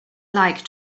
like